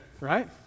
Right